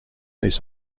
this